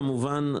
כמובן,